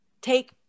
take